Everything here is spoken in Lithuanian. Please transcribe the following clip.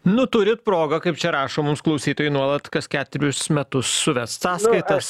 nu turit progą kaip čia rašo mums klausytojai nuolat kas ketverius metus suvest sąskaitas